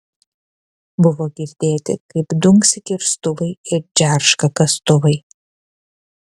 buvo girdėti kaip dunksi kirstuvai ir džerška kastuvai